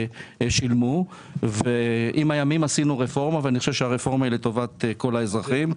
שילמו ועם הימים עשינו רפורמה ואני חושב שהרפורמה היא לטובת כל האזרחים.